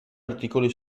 articoli